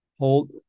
Hold